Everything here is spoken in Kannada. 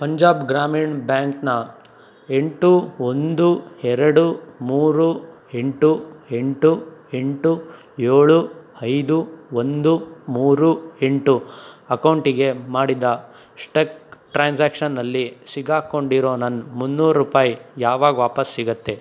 ಪಂಜಾಬ್ ಗ್ರಾಮೀಣ್ ಬ್ಯಾಂಕ್ನ ಎಂಟು ಒಂದು ಎರಡು ಮೂರು ಎಂಟು ಎಂಟು ಎಂಟು ಏಳು ಐದು ಒಂದು ಮೂರು ಎಂಟು ಅಕೌಂಟಿಗೆ ಮಾಡಿದ ಸ್ಟಕ್ ಟ್ರಾನ್ಸಾಕ್ಷನ್ನಲ್ಲಿ ಸಿಕಾಕೊಂಡಿರೋ ನನ್ನ ಮುನ್ನೂರು ರೂಪಾಯಿ ಯಾವಾಗ ವಾಪಸ್ ಸಿಗುತ್ತೆ